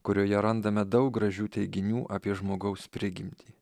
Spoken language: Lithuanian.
kurioje randame daug gražių teiginių apie žmogaus prigimtį